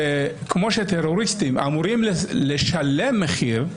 כמו שטרוריסטים אמורים לשלם מחיר,